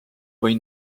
või